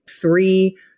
three